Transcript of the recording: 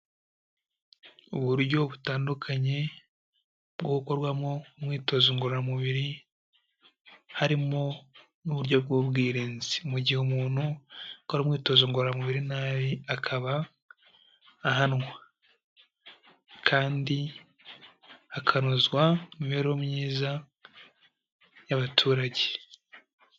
Uburyo butandukanye bwo gukoramo imyitozo ngororamubiri, harimo n'uburyo bw'ubwirinzi mu gihe umuntu akora imyitozo ngororamubiri nabi, akaba ahanwa kandi hakanozwa imibereho myiza y'abaturage.